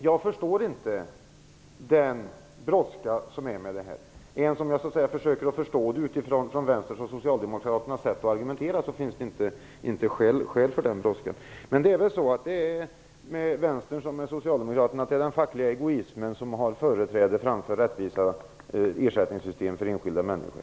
Jag förstår inte den brådska som det är med detta. Även om jag försöker förstå det utifrån vänsterns och socialdemokraternas sätt att argumentera finns det inte skäl för någon brådska. Det är väl med vänstern som med socialdemokraterna att det är den fackliga egoismen som har företräde framför rättvisa i ersättningssystem för enskilda människor.